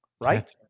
Right